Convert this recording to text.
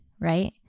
Right